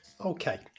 Okay